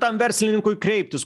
tam verslininkui kreiptis